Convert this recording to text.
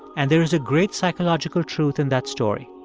and there is a great psychological truth in that story.